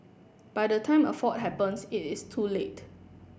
by the time a fault happens it is too late